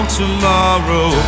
tomorrow